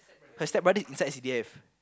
her stepbrother inside S_C_D_F